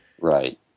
Right